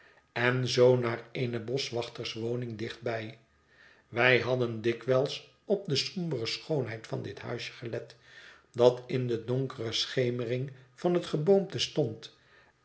en zoo naar eene bosch wachterswoning dijjhtbij wij hadden dikwijls op de sombere schoonheid van dit huisje gelet dat in de donkere schemering van het geboomte stond